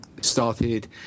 started